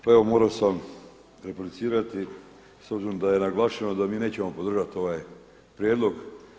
Pa evo morao sam replicirati s obzirom da je naglašavano da mi nećemo podržati ovaj prijedlog.